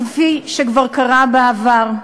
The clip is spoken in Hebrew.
כפי שכבר קרה בעבר.